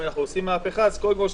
אנחנו עושים מהפכה - קודם כל,